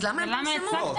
למה הם פורסמו?